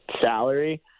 salary